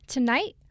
Tonight